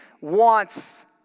wants